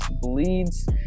bleeds